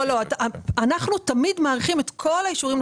אנחנו תמיד מאריכים את כל האישורים,